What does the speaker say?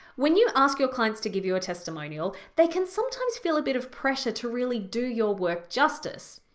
when you ask your clients to give you a testimonial, they can sometimes feel a bit of pressure to really do your work justice.